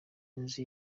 inzu